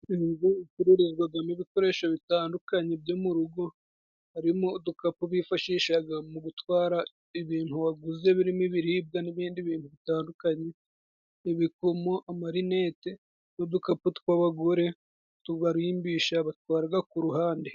Inzu icururizwamo ibikoresho bitandukanye byo mu rugo. Harimo udukapu bifashisha mu gutwara ibintu waguze birimo ibiribwa n'ibindi bintu bitandukanye, ibikomo amarinete, n'udukapu tw'abagore tubarimbisha batwara ku ruhande.